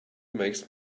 makes